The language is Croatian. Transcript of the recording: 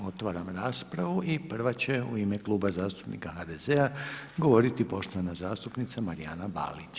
Otvaram raspravu i prva će u ime Kluba zastupnika HDZ-a govoriti poštovana zastupnica Marijana Balić.